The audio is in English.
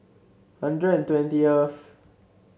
hundred and twentieth